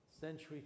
century